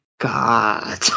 God